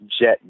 jet